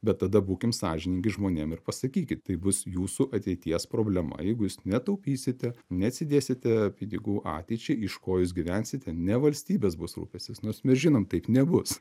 bet tada būkim sąžiningi žmonėm ir pasakykit tai bus jūsų ateities problema jeigu jūs ne taupysite neatsidėsite pinigų ateičiai iš ko jūs gyvensite ne valstybės bus rūpestis nors mes žinom taip nebus